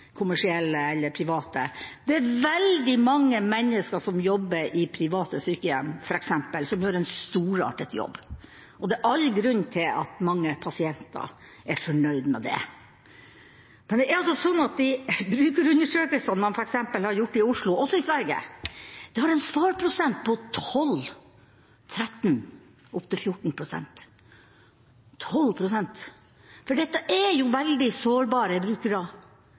kommersielle eller de private? Det er veldig mange mennesker som jobber i private sykehjem, f.eks., som gjør en storartet jobb, og det er for mange pasienter all grunn til å være fornøyd med det. Men de brukerundersøkelsene man f.eks. har gjort i Oslo – og også i Sverige – har en svarprosent på 12–13–14 pst., 12 pst! Dette er veldig sårbare brukere,